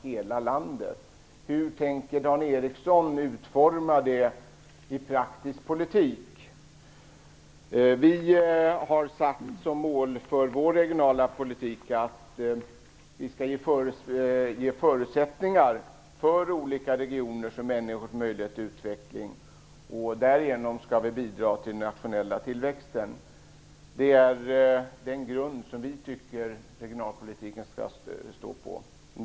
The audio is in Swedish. Hur tänker Dan Ericsson utforma det i praktisk politik? Vi har satt som mål för vår regionala politik att vi skall ge förutsättningar för olika regioners och människors möjlighet till utveckling. Därigenom skall vi bidra till den nationella tillväxten. Det är den grund som vi tycker att regionalpolitiken skall stå på.